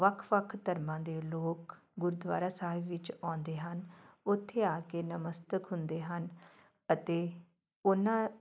ਵੱਖ ਵੱਖ ਧਰਮਾਂ ਦੇ ਲੋਕ ਗੁਰਦੁਆਰਾ ਸਾਹਿਬ ਵਿੱਚ ਆਉਂਦੇ ਹਨ ਉੱਥੇ ਆ ਕੇ ਨਮਸਤਕ ਹੁੰਦੇ ਹਨ ਅਤੇ ਉਹਨਾਂ